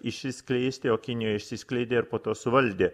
išsiskleisti o kinijoj išsiskleidė ir po to suvaldė